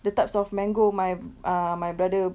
the types of mango my ah my brother